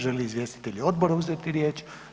Žele li izvjestitelji odbora uzeti riječ?